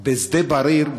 בשדה-בריר,